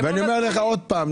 ואני אומר לך עוד פעם,